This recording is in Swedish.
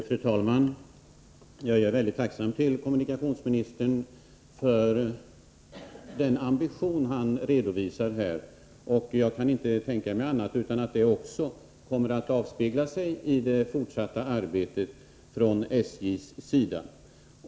Fru talman! Jag är kommunikationsministern tacksam för den ambition han här visar. Jag kan inte tänka mig annat än att det också kommer att avspegla sig i det fortsatta arbetet från SJ:s sida.